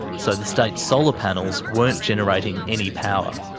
so the state's solar panels weren't generating any power.